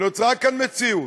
נוצרה כאן מציאות.